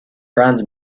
bronze